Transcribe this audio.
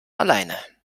alleine